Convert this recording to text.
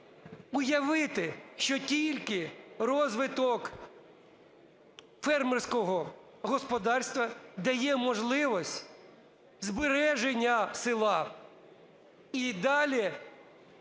уявити, що тільки розвиток фермерського господарства дає можливість збереження села і далі